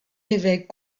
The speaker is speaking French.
évêque